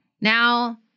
Now